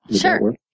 Sure